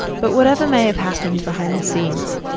but whatever may have happened behind the scenes,